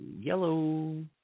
yellow